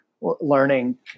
learning